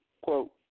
Quote